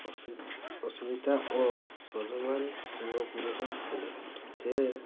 ଅସ୍ମିତା ଓ ସ୍ୱାଭିମାନ ସିଂହ ପୁରୁଷ ଥିଲେ ସେ